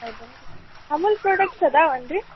ಹೌದು ಏನು ರೀ ಅಮೂಲ್ ಪ್ರಾಡಕ್ಟ್ಸ್ ಅದಾವನ್ ರೀ